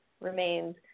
remains